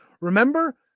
Remember